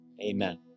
amen